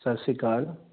ਸਤਿ ਸ਼੍ਰੀ ਅਕਾਲ